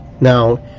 Now